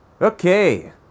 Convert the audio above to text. Okay